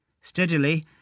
Steadily